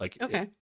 Okay